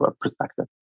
perspective